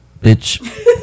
bitch